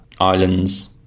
Islands